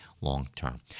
long-term